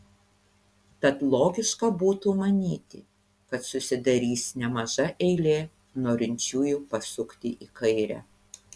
tad logiška būtų manyti kad susidarys nemaža eilė norinčiųjų pasukti į kairę